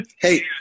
hey